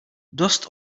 dost